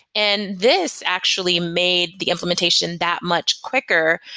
and this actually made the implementation that much quicker,